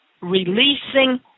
releasing